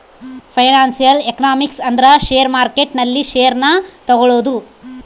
financial economics ಅಂದ್ರ share market ನಲ್ಲಿ share ನ ತಗೋಳೋದು